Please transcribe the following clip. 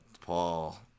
Paul